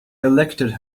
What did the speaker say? elected